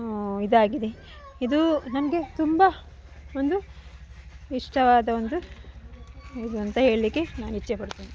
ಇದಾಗಿದೆ ಇದು ನನಗೆ ತುಂಬ ಒಂದು ಇಷ್ಟವಾದ ಒಂದು ಇದು ಅಂತ ಹೇಳಿಕ್ಕೆ ನಾನು ಇಚ್ಛೆ ಪಡ್ತೀನಿ